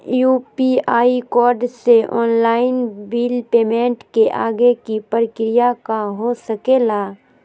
UPI code से online bill payment के आगे के प्रक्रिया का हो सके ला?